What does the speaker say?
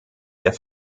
der